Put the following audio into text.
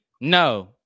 No